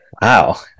Wow